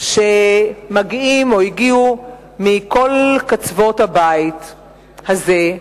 שמגיעים או הגיעו מכל קצות הבית הזה,